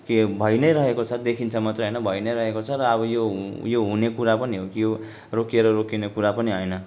के भई नै रहेको छ देखिन्छ मात्रै होइन भई नै रहेको छ र अब यो यो हुने कुरा पनि हो कि यो रोकिएर रोकिने कुरा पनि होइन